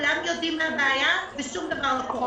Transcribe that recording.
כולם יודעים על הבעיה ודבר לא קורה.